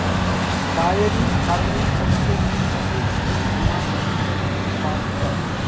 diary farming হচ্ছে ঠিক ভাবে গরুর খামার থেকে দুধ উৎপাদান করা